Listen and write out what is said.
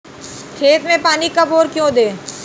खेत में पानी कब और क्यों दें?